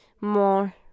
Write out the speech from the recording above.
more